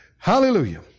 Hallelujah